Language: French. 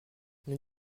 nous